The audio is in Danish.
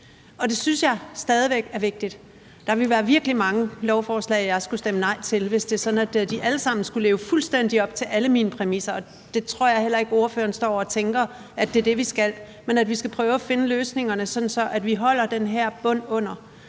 det synes jeg stadig væk er vigtigt. Der ville være virkelig mange lovforslag, jeg skulle stemme nej til, hvis det var sådan, at de alle sammen skulle leve fuldstændig op til alle mine præmisser. Jeg tror heller ikke, at ordføreren står og tænker, at det er det, vi skal, men at vi skal prøve at finde løsningerne, sådan at vi holder den her bund under.